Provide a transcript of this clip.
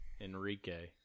Enrique